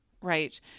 Right